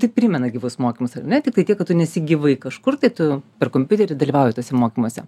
tik primena gyvus mokymus ar ne tiktai tiek kad tu nesi gyvai kažkur tai tu per kompiuterį dalyvauji tuose mokymuose